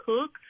cook